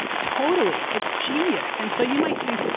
totally, it's genius. and so you might think,